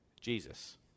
Jesus